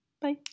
Bye